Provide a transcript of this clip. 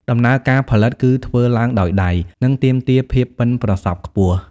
ដំណើរការផលិតគឺធ្វើឡើងដោយដៃ និងទាមទារភាពប៉ិនប្រសប់ខ្ពស់។